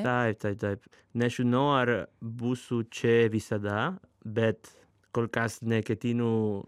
taip taip taip nežinau ar būsiu čia visada bet kol kas neketinu